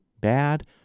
bad